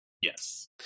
Yes